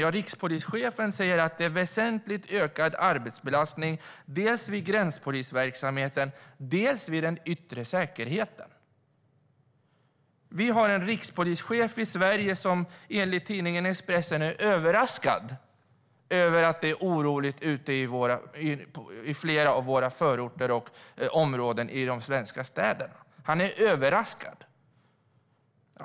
Ja, rikspolischefen säger att det är en väsentligt ökad arbetsbelastning dels i gränspolisverksamheten, dels när det gäller den yttre säkerheten. Vi har en rikspolischef i Sverige som enligt tidningen Expressen är överraskad över att det är oroligt i flera av våra förorter och områden i svenska städer. Han är överraskad.